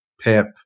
Pep